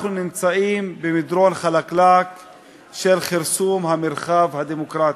אנחנו נמצאים במדרון חלקלק של כרסום המרחב הדמוקרטי.